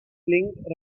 link